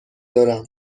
دارم